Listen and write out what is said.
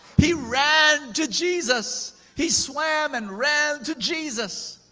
he ran to jesus. he swam and ran to jesus.